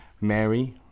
Mary